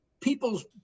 people's